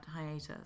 hiatus